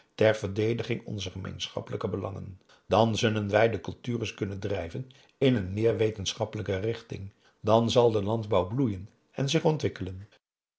ter verdediging onzer gemeenschappelijke belangen dàn zullen wij de cultures kunnen drijven in een meer wetenschappelijke richting dàn zal de landbouw bloeien en zich ontwikkelen